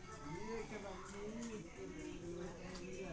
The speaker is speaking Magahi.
धोखाधडी से आदमी सब के बंधक बनाके पैसा के फिरौती मांगो हय